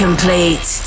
Complete